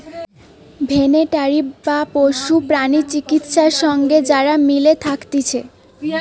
veterinary বা পশু প্রাণী চিকিৎসা সঙ্গে যারা মিলে থাকতিছে